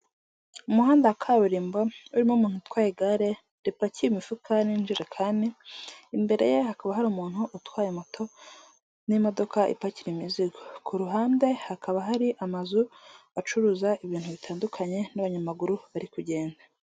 Umuhanda wa kaburimbo urimo umuntu utwaye igare ripakiye imifuka n'injerekani, imbere ye hakaba hari umuntu utwaye moto n'imodoka ipakira imizigo, ku ruhande hakaba hari amazu acuruza ibintu bitandukanye n'abanyamaguru bari kugenda.